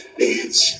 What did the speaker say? bitch